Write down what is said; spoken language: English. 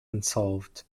unsolved